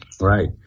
right